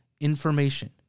information